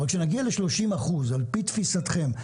על פי תפיסתכם,